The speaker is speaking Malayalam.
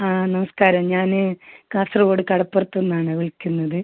ആ നമസ്കാരം ഞാൻ കാസർഗോഡ് കടപ്പുറത്തുനിന്നാണ് വിളിക്കുന്നത്